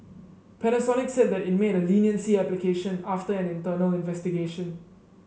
Panasonic said that it made a leniency application after an internal investigation